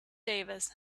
davis